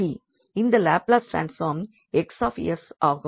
இந்த Laplace transform 𝑋𝑠 ஆகும்